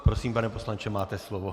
Prosím, pane poslanče, máte slovo.